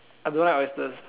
I don't like oysters